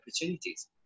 opportunities